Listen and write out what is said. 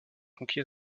conquis